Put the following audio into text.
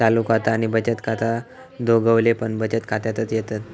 चालू खाता आणि बचत खाता दोघवले पण बचत खात्यातच येतत